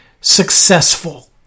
successful